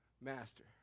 master